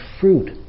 fruit